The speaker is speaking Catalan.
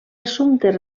assumptes